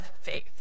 faith